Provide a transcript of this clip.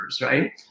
right